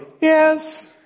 yes